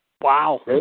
Wow